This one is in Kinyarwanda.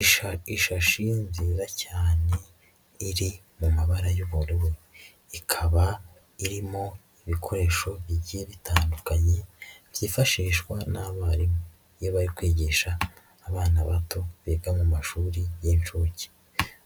Ishashi nziza cyane iri mu mabara y'uburu. Ikaba irimo ibikoresho bigiye bitandukanye byifashishwa n'abarimu iyo bari kwigisha abana bato biga mu mashuri y'incuke.